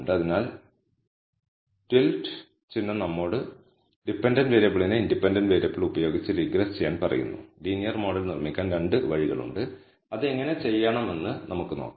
അതിനാൽ റ്റിൽഡ്tilde ചിഹ്നം നമ്മോട് ഡിപൻഡന്റ് വേരിയബിളിനെ ഇൻഡിപെൻഡന്റ് വേരിയബിൾ ഉപയോഗിച്ച് റിഗ്രസ് ചെയ്യാൻ പറയുന്നു ലീനിയർ മോഡൽ നിർമ്മിക്കാൻ 2 വഴികളുണ്ട് അത് എങ്ങനെ ചെയ്യണമെന്ന് നമുക്ക് നോക്കാം